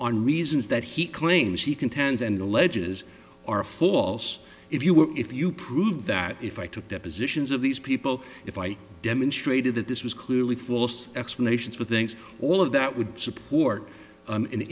on reasons that he claims he contends and alleges are false if you were if you prove that if i took depositions of these people if i demonstrated that this was clearly false explanations for things all of that would support